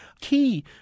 Key